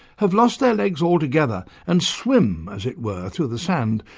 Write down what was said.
have lost their legs altogether and swim, as it were, through the sand,